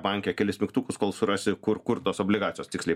banke kelis mygtukus kol surasi kur kur tos obligacijos tiksliai